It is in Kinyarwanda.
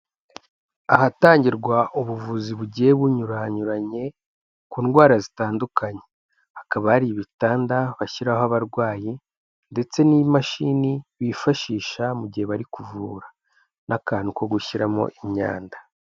Ahatangirwa ubuvuzi bugiye bunyuranyuranye ku ndwara zitandukanye, hakaba hari ibitanda bashyiraho abarwayi ndetse n'imashini bifashisha mu gihe bari kuvura n'akantu ko gushyiramo imyanda.